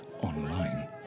online